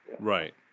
Right